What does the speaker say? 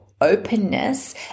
openness